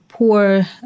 Poor